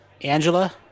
Angela